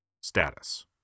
Status